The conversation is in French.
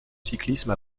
cyclisme